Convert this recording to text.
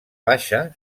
baixa